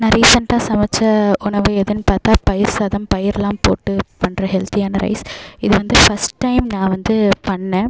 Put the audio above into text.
நான் ரீசன்ட்டாக சமைச்ச உணவு எதுனு பார்த்தா பயிர்சாதம் பயிர்லா போட்டு பண்ற ஹெல்த்தியான ரைஸ் இது வந்து பர்ஸ்ட் டைம் நான் வந்து பண்ணன்